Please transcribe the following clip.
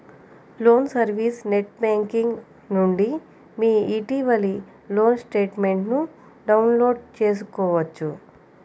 loan service net banking నుండి మీ ఇటీవలి లోన్ స్టేట్మెంట్ను డౌన్లోడ్ చేసుకోవచ్చు